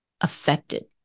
affected